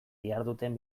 diharduten